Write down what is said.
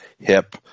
hip